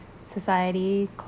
society